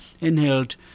inhaled